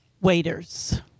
Waiters